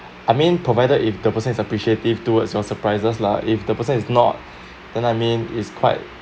I mean provided if the person is appreciative towards your surprises lah if the person is not then I mean is quite